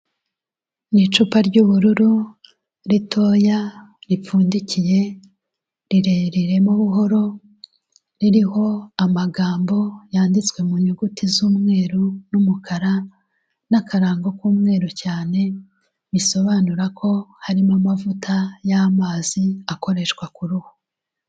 Ni icupa ry'ubururu, ritoya, ripfundikiye, rireriremo buhoro, ririho amagambo yanditswe mu nyuguti z'umweru n'umukara, n'akarango k'umweru cyane, bisobanura ko harimo amavuta y'amazi akoreshwa ku ruhu.